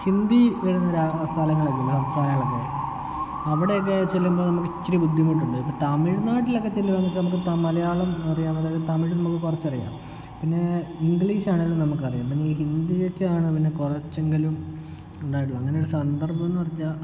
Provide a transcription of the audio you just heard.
ഹിന്ദി വരുന്ന ര സ്ഥലങ്ങളൊക്കയില്ലേ സംസ്ഥാങ്ങളൊക്കെ അവിടെയൊക്കെ ചെല്ലുമ്പോൾ നമുക്ക് ഇച്ചിരി ബുദ്ധിമുട്ട് തമിഴ്നാട്ടിലൊക്കെ ചെല്ലുകയെന്ന് വെച്ചാൽ നമുക്ക് മലയാളം അറിയാവുന്നത് കൊണ്ട് തമിഴ് നമുക്ക് കുറച്ച് അറിയാം പിന്നേ ഇംഗ്ലീഷ് ആണെങ്കിലും നമുക്ക് അറിയാം പിന്നെ ഈ ഹിന്ദിയൊക്കെയാണ് പിന്നെ കുറച്ചെങ്കിലും ഉണ്ടായിട്ടുള്ളൂ അങ്ങനെയൊരു സന്ദർഭമെന്ന് വെച്ചാൽ